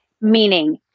meaning